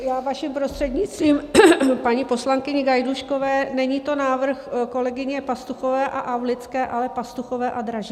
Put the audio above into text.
Já, vaším prostřednictvím, k paní poslankyni Gajdůškové: není to návrh kolegyně Pastuchové a Aulické, ale Pastuchové a Dražilové.